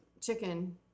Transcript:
Chicken